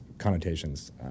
connotations